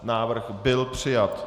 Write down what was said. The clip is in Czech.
Návrh byl přijat.